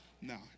No